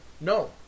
No